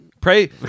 Pray